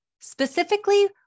Specifically